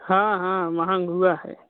हाँ हाँ महँगा हुआ है